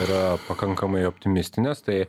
yra pakankamai optimistinės tai